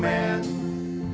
man